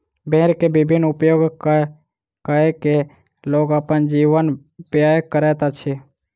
भेड़ के विभिन्न उपयोग कय के लोग अपन जीवन व्यय करैत अछि